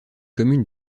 commune